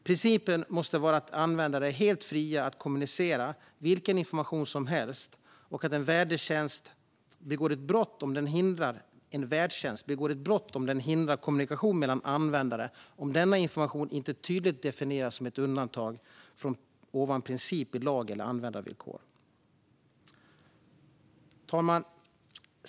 Principen måste vara att användare är helt fria att kommunicera vilken information som helst och att en värdtjänst begår ett brott om den hindrar kommunikation mellan användare om denna information inte tydligt definierats som ett undantag från denna princip i lag eller användarvillkor. Fru talman!